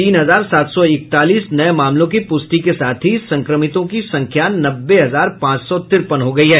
तीन हजार सात सौ इकतालीस नये मामलों की प्रष्टि के साथ ही संक्रमितों की संख्या नब्बे हजार पांच सौ तिरपन हो गयी है